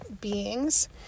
beings